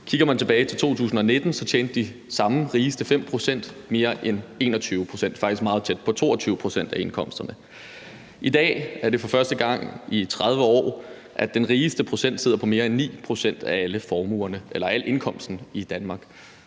Kigger man tilbage til 2019, tjente de samme rigeste 5 pct. mere end 21 pct., faktisk meget tæt på 22 pct. af indkomsterne. I dag er det for første gang i 30 år sådan, at den rigeste procent sidder på mere end 9 pct. af al indkomsten i Danmark.